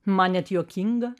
man net juokinga